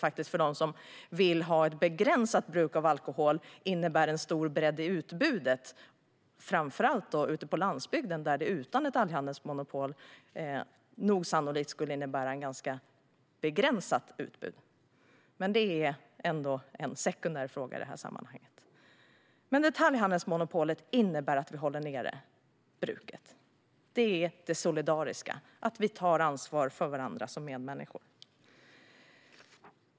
För dem som vill ha ett begränsat bruk av alkohol innebär det en stor bredd i utbudet, framför allt på landsbygden, där man utan ett detaljhandelsmonopol sannolikt skulle få ett ganska begränsat utbud. Men det är ändå en sekundär fråga i detta sammanhang. Detaljhandelsmonopolet innebär att vi håller nere bruket. Detta är det solidariska: att vi tar ansvar för varandra som medmänniskor.